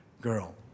girl